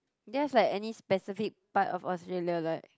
do you have like any specific part of Australia like